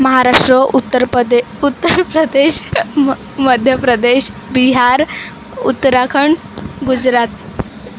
महाराष्ट्र उत्तरपदे उत्तर प्रदेश म मध्य प्रदेश बिहार उत्तराखंड गुजरात